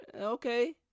Okay